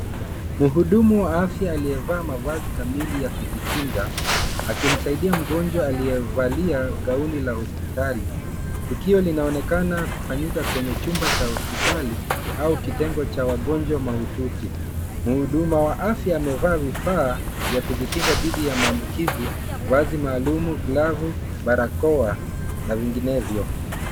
Muhudumu wa afya aliyevaa mavazi kamili ya kujikinga ,akimsaidia mgonjwa aliyevalia gauni la hospitali, tukio linaonekana kufanyika kwenye chumba cha hospitali, au kitengo cha wagonjwa mahututi. Muhudumu wa afya amevaa vifaa vya kujikinga dithi ya maambukizi, vazi maalumu, glavu, barakoa na vinginevyo.